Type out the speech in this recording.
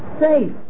safe